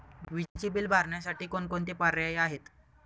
विजेचे बिल भरण्यासाठी कोणकोणते पर्याय आहेत?